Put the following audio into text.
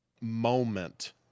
moment